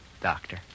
doctor